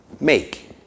make